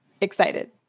Excited